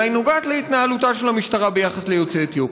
אלא היא נוגעת להתנהלותה של המשטרה ביחס ליוצאי אתיופיה.